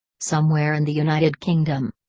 somewhere in the united kingdom.